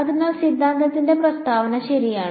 അതിനാൽ സിദ്ധാന്തത്തിന്റെ പ്രസ്താവന ശരിയാണ്